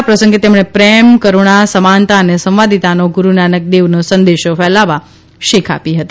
આ પ્રસંગે તેમણે પ્રેમ કરૂણા સમાનતા અને સંવાદિતાનો ગુરૂ નાનક દેવનો સંદેશો ફેલાવવા શીખ આપી હતી